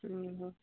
ହଁ